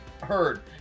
heard